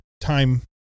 time